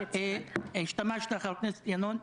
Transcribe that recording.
אתה השתמשת, חבר הכנסת ינון,